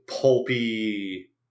pulpy